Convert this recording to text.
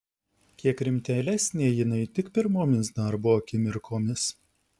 kiek rimtėlesnė jinai tik pirmomis darbo akimirkomis